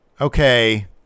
okay